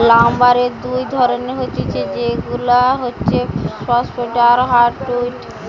লাম্বারের দুই ধরণের হতিছে সেগুলা হচ্ছে সফ্টউড আর হার্ডউড